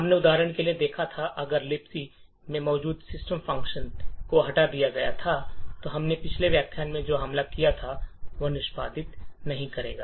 हमने उदाहरण के लिए देखा था अगर लिबक में मौजूद सिस्टम फ़ंक्शन को हटा दिया गया था तो हमने पिछले व्याख्यान में जो हमला किया है वह अब निष्पादित नहीं करेगा